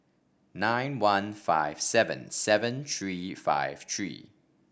nine one five seven seven three five three